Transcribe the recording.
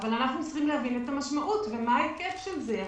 אבל אנחנו צריכים להבין את המשמעות ומה ההיקף של זה.